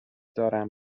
دارم